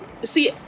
See